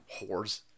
Whores